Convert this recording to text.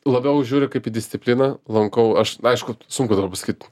labiau žiūriu kaip į discipliną lankau aš aišku sunku dabar pasakyt